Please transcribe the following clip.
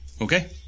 Okay